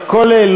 בעד,